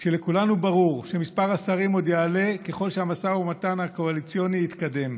כשלכולנו ברור שמספר השרים עוד יעלה ככל שהמשא ומתן הקואליציוני יתקדם.